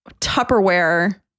Tupperware